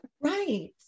Right